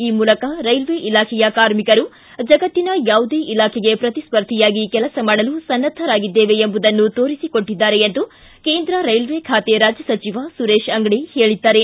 ಈ ಮೂಲಕ ರೈಲ್ವೆ ಇಲಾಖೆಯ ಕಾರ್ಮಿಕರು ಜಗತ್ತಿನ ಯಾವುದೇ ಇಲಾಖೆಗೆ ಪ್ರತಿಸ್ಪರ್ಧಿಯಾಗಿ ಕೆಲಸ ಮಾಡಲು ಸನ್ನದ್ದರಾಗಿದ್ದೆವೆ ಎಂಬುದನ್ನು ತೋರಿಸಿಕೊಟ್ಸಿದ್ದಾರೆ ಎಂದು ಕೇಂದ್ರ ರೈಲ್ಲೆ ಖಾತೆ ರಾಜ್ಯ ಸಚಿವ ಸುರೇಶ್ ಅಂಗಡಿ ಹೇಳಿದ್ದಾರೆ